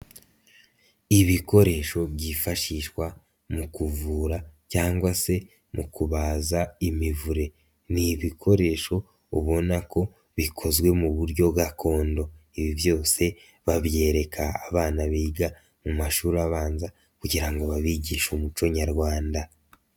Ibikoresho byifashishwa mu kuvura cyangwa se mu kubaza imivure ni ibikoresho ubona ko bikozwe mu buryo gakondo, ibi byose babyereka abana biga mu mashuri abanza kugira ngo babigishe umuco nyarwanda.